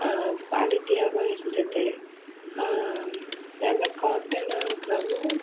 குவாலிட்டியாகவும் இருந்தது நல்ல காட்டனாக இருக்குறவும்